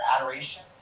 adoration